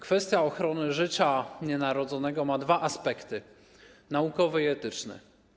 Kwestia ochrony życia nienarodzonego ma dwa aspekty: naukowy i etyczny.